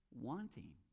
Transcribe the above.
wanting